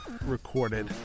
recorded